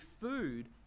food